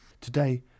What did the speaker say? Today